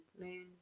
Moon